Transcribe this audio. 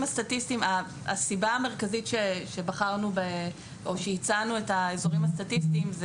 הסיבה המרכזית שבחרנו או שהצענו את האזורים הסטטיסטיים היא